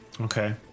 Okay